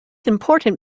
important